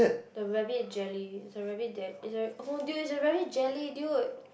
the rabbit jelly is a rabbit jelly is a oh dude it's a rabbit jelly dude